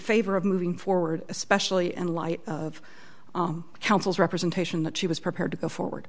favor of moving forward especially in light of counsel's representation that she was prepared to go forward